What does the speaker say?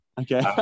Okay